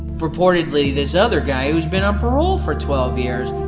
purportedly this other guy who has been on parole for twelve years!